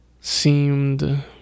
seemed